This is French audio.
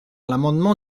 l’amendement